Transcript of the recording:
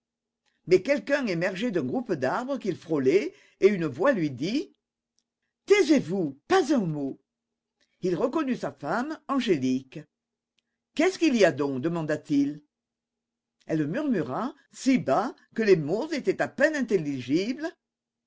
mais quelqu'un émergeait d'un groupe d'arbres qu'il frôlait et une voix lui dit taisez-vous pas un mot il reconnut sa femme angélique qu'est-ce qu'il y a donc demanda-t-il elle murmura si bas que les mots étaient à peine intelligibles